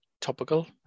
topical